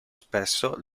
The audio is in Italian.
spesso